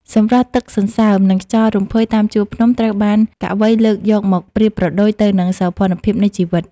សម្រស់ទឹកសន្សើម និងខ្យល់រំភើយតាមជួរភ្នំ ត្រូវបានកវីលើកយកមកប្រៀបប្រដូចទៅនឹងសោភ័ណភាពនៃជីវិត។